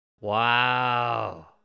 Wow